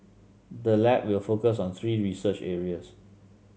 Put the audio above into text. the lab will focus on three research areas